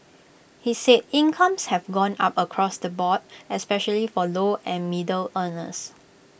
he said incomes have gone up across the board especially for low and middle earners